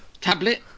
tablet